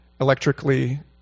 electrically